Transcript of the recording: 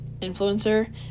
influencer